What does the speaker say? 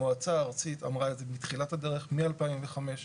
המועצה הארצית אמרה את זה מתחילת הדרך, מ-2005.